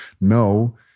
no